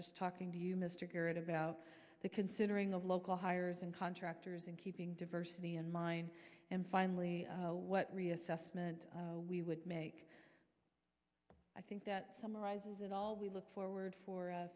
just talking to you mr garrett about the considering the local hires and contractors and keeping diversity in mind and finally what reassessment we would make i think that summarizes it all we look forward for